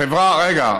החברה, מדיניות, רגע.